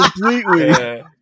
completely